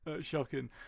shocking